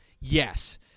yes